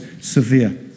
severe